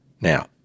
Now